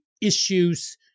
issues